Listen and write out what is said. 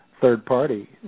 third-party